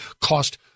cost